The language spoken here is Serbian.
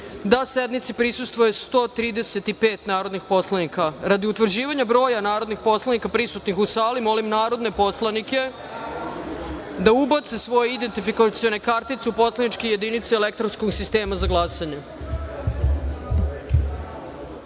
da sednici prisustvuje 135 narodnih poslanika. Radi utvrđivanja broja narodnih poslanika prisutnih u sali, molim narodne poslanike da ubace svoje identifikacione kartice u poslaničke jedinice elektronskog sistema za